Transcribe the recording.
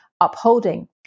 upholding